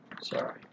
Sorry